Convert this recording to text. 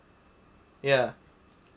ya